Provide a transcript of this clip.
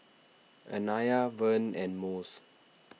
Anaya Vern and Mose